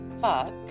fuck